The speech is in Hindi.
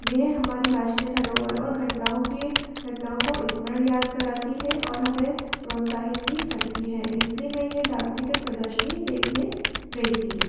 यह हमारी राष्ट्र धरोहर और घटनाओं के घटनाओं को स्मरण याद कराती है और हमें प्रोत्साहित भी करती है इसलिए मैं यह डाक टिकट प्रदर्शनी देखने गई थी